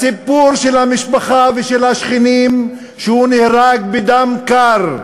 הסיפור של המשפחה ושל השכנים, שהוא נהרג בדם קר.